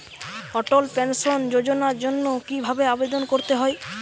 অটল pension যোজনার জন্য কি ভাবে আবেদন করতে হয়?